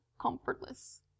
comfortless